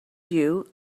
you